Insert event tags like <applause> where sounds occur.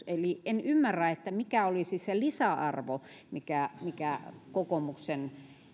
<unintelligible> eli en ymmärrä mikä olisi se lisäarvo mikä mikä kokoomuksen